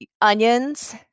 onions